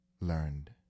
learned